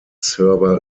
server